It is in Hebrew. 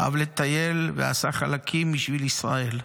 אהב לטייל ועשה חלקים משביל ישראל,